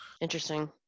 Interesting